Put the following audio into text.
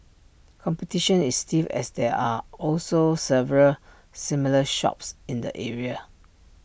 competition is stiff as there are also several similar shops in the area